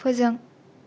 फोजों